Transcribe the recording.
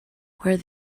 where